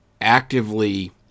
actively